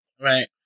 Right